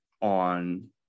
on